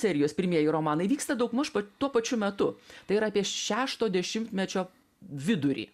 serijos pirmieji romanai vyksta daugmaž tuo pačiu metu tai yra apie šešto dešimtmečio vidurį